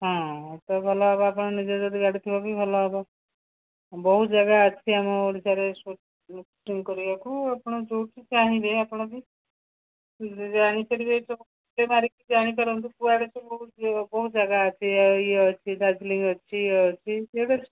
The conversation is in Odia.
ହଁ ତ ଭଲ ହେବ ଆପଣ ନିଜେ ଯଦି ଗାଡ଼ି ଥିବ ତ ଭଲ ହେବ ବହୁ ଜାଗା ଅଛି ଆମ ଓଡ଼ିଶାରେ ସୁଟିଂ କରିବାକୁ ଆପଣ ଯେଉଁଠି ଚାହିଁବେ ଆପଣ ବି ଜାଣିପାରିବେ କୁଆଡ଼େ ବହୁତ ଜାଗା ଅଛି ଇଏ ଅଛି ଦାର୍ଜିଲିଂ ଅଛି ଇଏ ଅଛି